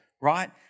right